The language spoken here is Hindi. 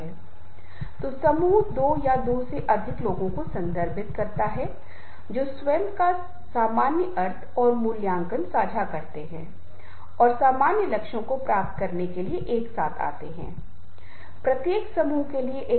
इसलिए मैं सिर्फ इन दो प्रकार के नेताओं पर ध्यान केंद्रित करूंगा और फिर मैं आगे बताऊंगा कि ये नेता समूह और उनके अनुयायियों का मार्गदर्शन करने और टीम का नेतृत्व करने के लिए कैसे प्रबंध कर रहे हैं